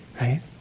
Right